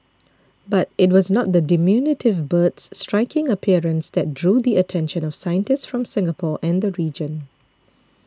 but it was not the diminutive bird's striking appearance that drew the attention of scientists from Singapore and the region